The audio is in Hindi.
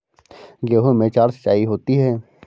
गेहूं में चार सिचाई होती हैं